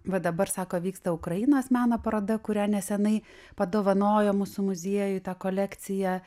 va dabar sako vyksta ukrainos meno paroda kurią nesenai padovanojo mūsų muziejui tą kolekciją